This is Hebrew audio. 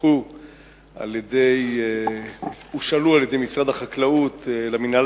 שהושאלו על-ידי משרד החקלאות למינהל